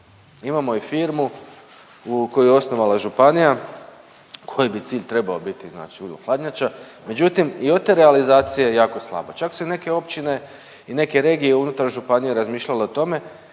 imamo i firmu koju je osnovala županija, koji bi cilj trebao biti znači ULO hladnjača, međutim i od te realizacije jako slaba, čak su i neke općine i neke regije unutar županije razmišljale o tome,